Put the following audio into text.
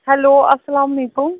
hello السلامُ علیکُم